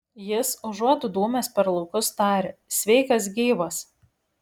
jis užuot dūmęs per laukus taria sveikas gyvas